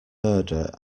murder